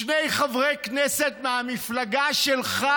שני חברי כנסת מהמפלגה שלך,